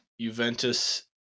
Juventus